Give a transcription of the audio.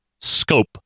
scope